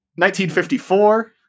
1954